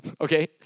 okay